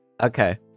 Okay